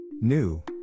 New